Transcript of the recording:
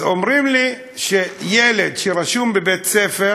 אז אומרים לי שילד שרשום בבית-ספר